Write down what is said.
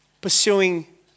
Pursuing